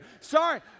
Sorry